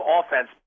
offense